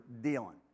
dealing